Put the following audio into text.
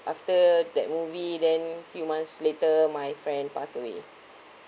after that movie then few months later my friend passed away